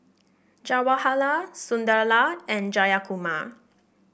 Jawaharlal Sunderlal and Jayakumar